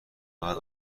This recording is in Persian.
باید